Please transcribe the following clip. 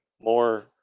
more